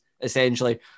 essentially